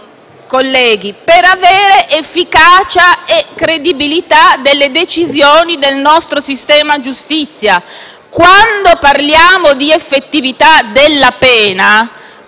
conseguire l'efficacia e la credibilità delle decisioni del nostro sistema giustizia. Quando parliamo di effettività della pena,